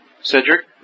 Cedric